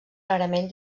rarament